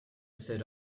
said